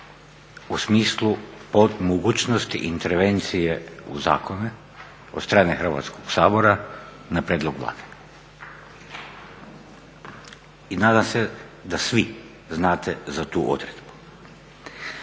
u smislu mogućnosti intervencije u zakone od strane Hrvatskog sabora na prijedlog Vlade i nadam se da svi znate za tu odredbu.